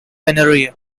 paranoia